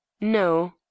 No